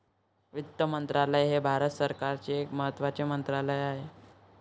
वित्त मंत्रालय हे भारत सरकारचे एक महत्त्वाचे मंत्रालय आहे